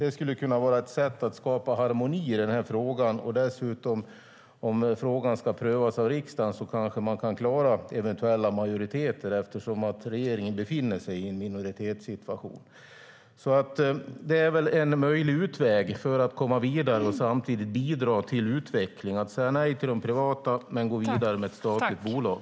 Det skulle kunna vara ett sätt att skapa harmoni i den här frågan, och om frågan ska prövas av riksdagen kanske man dessutom kan klara eventuella majoriteter eftersom regeringen befinner sig i en minoritetssituation. Det är en möjlighet för att komma vidare och samtidigt bidra till utveckling, alltså att säga nej till de privata men gå vidare med ett statligt bolag.